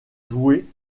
jouer